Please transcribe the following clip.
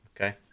Okay